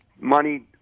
money